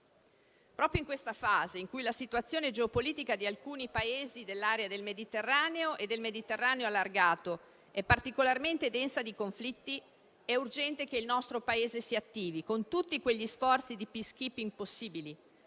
Proprio in questa fase in cui la situazione geopolitica di alcuni Paesi dell'area del Mediterraneo e del Mediterraneo allargato è particolarmente densa di conflitti è urgente che il nostro Paese si attivi con tutti quegli sforzi di *peacekeeping* possibili,